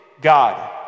God